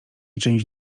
część